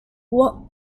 laws